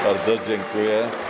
Bardzo dziękuję.